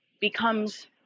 becomes